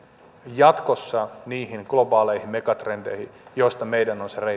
jatkossa niihin globaaleihin megatrendeihin joista meidän on se